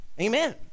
Amen